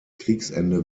kriegsende